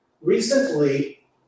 recently